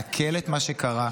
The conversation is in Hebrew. לעכל את מה שקרה,